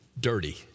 dirty